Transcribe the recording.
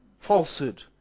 falsehood